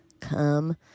come